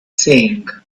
saying